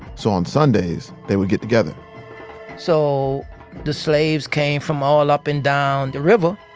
so on sundays, they would get together so the slaves came from all up and down the river,